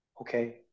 okay